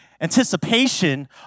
anticipation